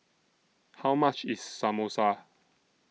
How much IS Samosa